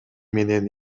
менен